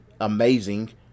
Amazing